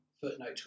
footnote